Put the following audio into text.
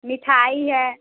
मिठाई है